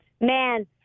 Man